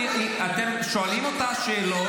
אתם שואלים אותה שאלות,